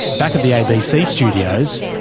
back at the abc studios,